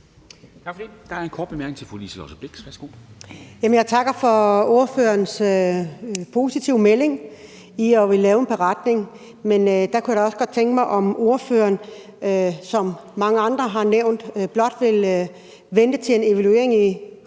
Jeg takker for ordførerens positive melding i forhold til at ville lave en beretning. Men der kunne jeg da godt tænke mig, om ordføreren, som mange andre har nævnt, blot vil vente til en evaluering i